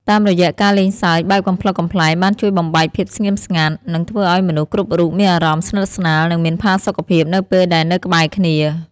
តាមរយៈការលេងសើចបែបកំប្លុកកំប្លែងបានជួយបំបែកភាពស្ងៀមស្ងាត់ និងធ្វើឱ្យមនុស្សគ្រប់រូបមានអារម្មណ៍ស្និទ្ធស្នាលនិងមានផាសុខភាពនៅពេលដែលនៅក្បែរគ្នា។